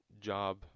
job